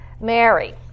Mary